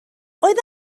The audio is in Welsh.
oedd